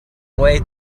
way